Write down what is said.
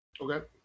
Okay